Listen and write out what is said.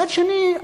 מצד שני,